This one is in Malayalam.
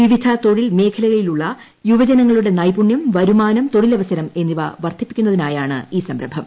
വിവിധ തൊഴിൽ മേഖലയിലുള്ള യുവജനങ്ങളുടെ നൈപുണ്യം വരുമാനം തൊഴിലവസരം എന്നിവ വർദ്ധിപ്പിക്കുന്നതിനായാണ് ഈ സംരംഭം